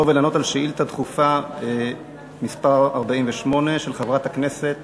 ולענות על שאילתה דחופה מס' 48 של חברת הכנסת